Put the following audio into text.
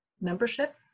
membership